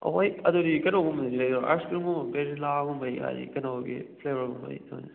ꯑꯣ ꯍꯣꯏ ꯑꯗꯨꯗꯤ ꯀꯩꯅꯣꯒꯨꯝꯕꯗꯗꯤ ꯂꯩꯕ꯭ꯔꯥ ꯑꯥꯏꯁ ꯀ꯭ꯔꯤꯝꯒꯨꯝꯕ ꯚꯦꯅꯤꯂꯥꯒꯨꯝꯕꯩ ꯍꯥꯏꯗꯤ ꯀꯩꯅꯣꯒꯤ ꯐ꯭ꯂꯦꯕꯔꯒꯨꯝꯕꯩ ꯍꯣꯏ